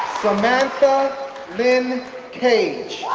samantha lynn cage,